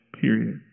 period